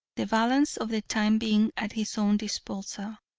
the balance of the time being at his own disposal,